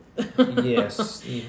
Yes